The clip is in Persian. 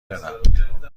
دارم